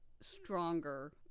stronger